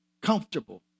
comfortable